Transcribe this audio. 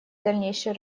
дальнейшей